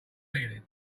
feelings